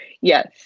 Yes